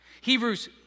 Hebrews